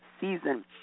season